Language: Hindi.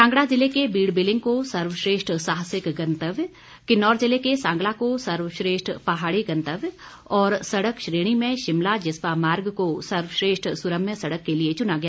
कांगड़ा जिले के बीड़ बिलिंग को सर्वश्रेष्ठ साहसिक गंतव्य किन्नौर जिले के सांगला को सर्वश्रेष्ठ पहाड़ी गंतव्य और सड़क श्रेणी में शिमला जिस्पा मार्ग को सर्वश्रेष्ठ सुरम्य सड़क के लिए चुना गया